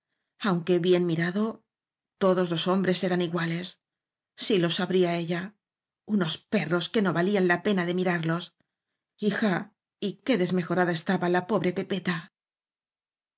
aunque bien mirado todos los hombres eran iguales si lo sabría ella unos perros que no valían la pena de mirarlos hija y qué desmejorada estaba la pobre pepeta